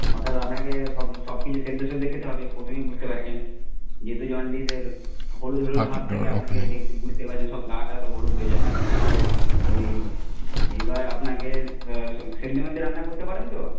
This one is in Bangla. অর্থাৎ আপনাকে সব সবকিছু সেদ্ধ সেদ্ধই খেতে হবে প্রথমেই বুঝতে পারছেন যেহেতু জন্ডিসের হলুদ হলুদ ভাব থাকে আপনাকে বুঝতে পারছেন সব গা টা সব হলুদ হয়ে যায় তো এই এইবার আপনাকে সেদ্ধ মেদ্ধ রান্না করতে পারেন তো